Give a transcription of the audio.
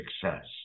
success